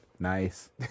Nice